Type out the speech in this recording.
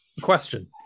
Question